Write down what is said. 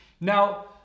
Now